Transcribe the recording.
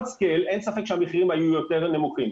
סקייל, אין ספק שהמחירים היו יותר נמוכים.